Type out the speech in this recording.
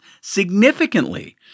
significantly